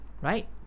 right